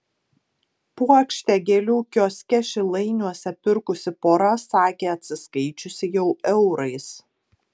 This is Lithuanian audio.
puokštę gėlių kioske šilainiuose pirkusi pora sakė atsiskaičiusi jau eurais